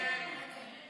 אתה יודע את זה.